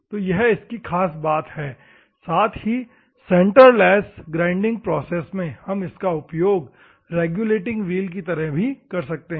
तो यह इसकी खास बात है और साथ ही सेंटरलेस ग्राइंडिंग प्रोसेस में हम इसका उपयोग रेगुलेटिंग व्हील्स की तरह भी कर सकते हैं